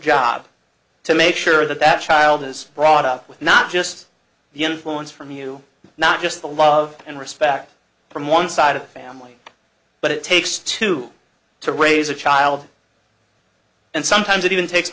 job to make sure that that child is brought up with not just the influence from you not just the love and respect from one side of the family but it takes two to raise a child and sometimes even takes